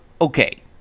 Okay